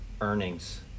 earnings